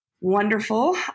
wonderful